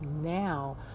now